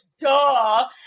duh